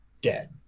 dead